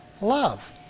love